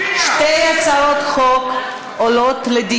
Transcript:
הצעת חוק שעות עבודה ומנוחה (תיקון,